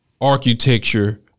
Architecture